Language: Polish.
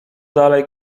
dalej